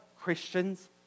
Christians